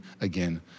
again